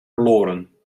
verloren